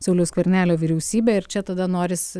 sauliaus skvernelio vyriausybė ir čia tada norisi